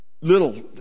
little